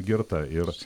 girta ir